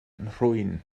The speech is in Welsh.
nhrwyn